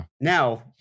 Now